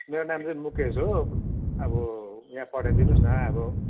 मेरो नाम चाहिँ मुकेश हो अब यहाँ पठाइदिनुहोस् न अब